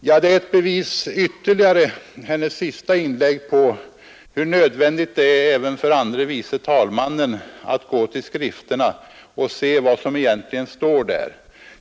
Hennes senaste inlägg är ytterligare ett bevis på hur nödvändigt det är för fru andre vice talmannen att gå till skrifterna och se vad som egentligen står där.